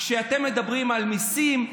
כשאתם מדברים על מיסים,